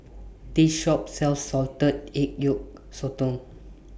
This Shop sells Salted Egg Yolk Sotong